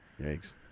yikes